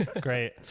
Great